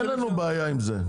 אין לנו בעיה עם זה,